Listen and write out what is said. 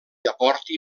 aporti